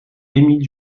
émile